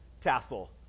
tassel